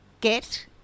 Get